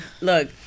look